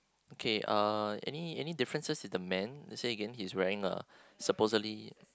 okay uh any any differences in the man say again he's wearing a supposedly